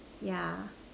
yeah